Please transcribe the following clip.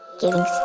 giving